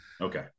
Okay